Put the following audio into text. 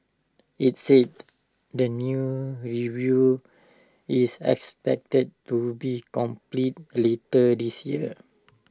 IT said the new review is expected to be completed litter this year